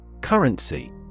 Currency